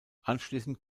anschließend